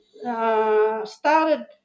started